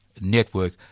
Network